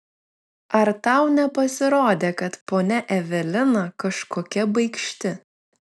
ar tau nepasirodė kad ponia evelina kažkokia baikšti